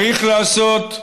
צריך לעשות,